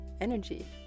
energy